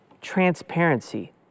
transparency